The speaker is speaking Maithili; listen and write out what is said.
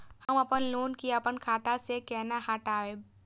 हम अपन लोन के अपन खाता से केना कटायब?